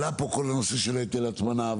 עלה פה הנושא של היטל הטמנה,